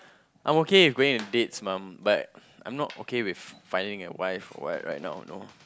I'm okay with going on dates mom but I'm not okay with finding a wife what right now no